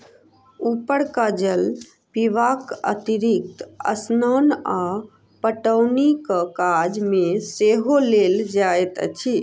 उपरका जल पीबाक अतिरिक्त स्नान आ पटौनीक काज मे सेहो लेल जाइत अछि